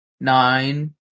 nine